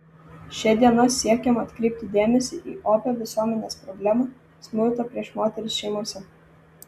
šia diena siekiama atkreipti dėmesį į opią visuomenės problemą smurtą prieš moteris šeimose